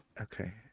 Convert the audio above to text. Okay